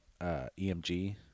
EMG